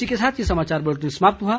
इसके साथ ये समाचार बुलेटिन समाप्त हुआ